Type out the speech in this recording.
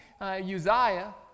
Uzziah